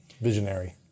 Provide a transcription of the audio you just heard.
Visionary